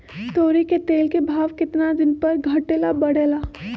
तोरी के तेल के भाव केतना दिन पर घटे ला बढ़े ला?